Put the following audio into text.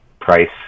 price